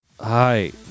Hi